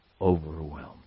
overwhelmed